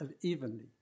evenly